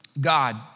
God